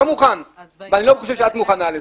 אני לא מוכן ואני לא חושב שאת מוכנה לזה.